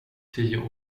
tio